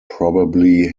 probably